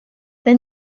then